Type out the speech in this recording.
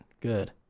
Good